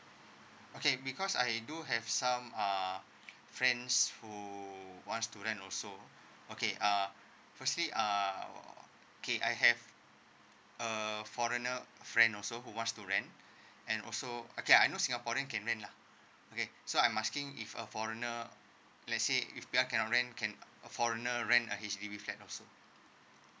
okay because I do have some uh friends who want student also okay uh firstly uh okay I have uh foreigner friend also who want to rent and also okay I know singaporean can rent lah okay so I'm asking if a foreigner let's say if P_R cannot rent can a foreigner rent a H_D_B flat also